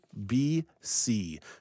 BC